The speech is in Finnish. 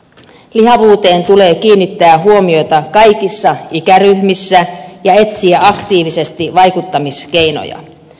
lihavuuteen tulee kiinnittää huomiota kaikissa ikäryhmissä ja etsiä aktiivisesti vaikuttamiskeinoja